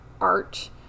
art